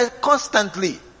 constantly